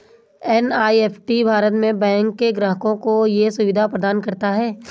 NEFT Bharat में bank के ग्राहकों को ये सुविधा प्रदान करता है